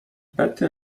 betty